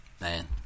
Man